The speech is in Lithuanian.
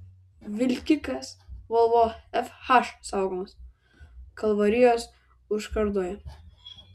vilkikas volvo fh saugomas kalvarijos užkardoje